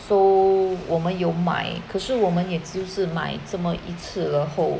so 我们有买可是我们也只是 might 这么一次了后